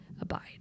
abide